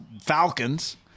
Falcons